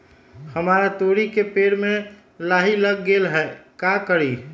हमरा तोरी के पेड़ में लाही लग गेल है का करी?